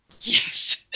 Yes